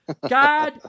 God